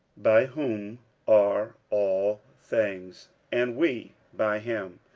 by whom are all things, and we by him.